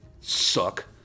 suck